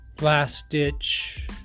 last-ditch